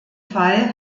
fall